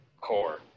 core